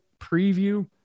preview